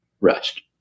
rest